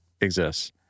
exists